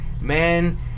Man